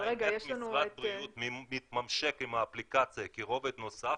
השאל היא איך משרד הבריאות מתממשק עם האפליקציה כרובד נוסף